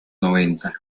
noventa